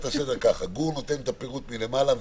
נתן את הפירוט מלמעלה והקריא,